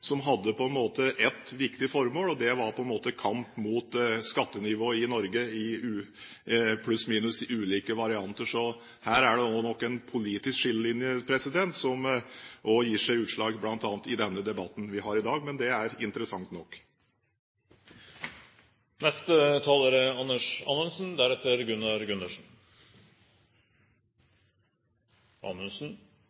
som hadde ett viktig formål, og det var kamp mot skattenivået i Norge, pluss-minus, i ulike varianter. Så her er det nok også en politisk skillelinje som gir seg utslag i bl.a. denne debatten vi har i dag. Men det er interessant nok.